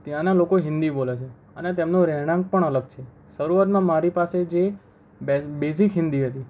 ત્યાંનાં લોકો હિન્દી બોલે છે અને તેમનું રહેણાંક પણ અલગ છે શરૂઆતમાં મારી પાસે જે બે બેઝિક હિન્દી હતી